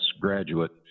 graduate